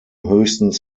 höchstens